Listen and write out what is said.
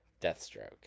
Deathstroke